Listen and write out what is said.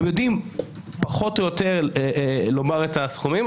הם יודעים פחות או יותר לומר את הסכומים.